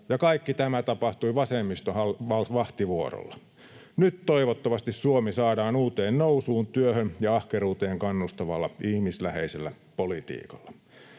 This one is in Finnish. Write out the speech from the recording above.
kaikki tämä tapahtui vasemmiston vahtivuorolla. Nyt toivottavasti Suomi saadaan uuteen nousuun työhön ja ahkeruuteen kannustavalla ihmisläheisellä politiikalla.